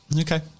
Okay